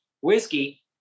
whiskey